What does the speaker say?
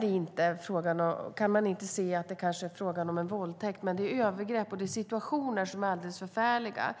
Det är inte alltid fråga om våldtäkt, men det kan vara övergrepp i situationer som är alldeles förfärliga.